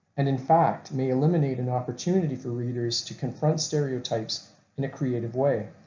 and in fact may eliminate an opportunity for readers to confront stereotypes in a creative way.